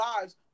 lives